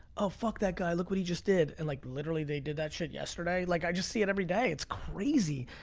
oh, fuck that guy, look what he just did. and like literally, they did that shit yesterday. like i just see it every day. it's crazy.